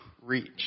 reach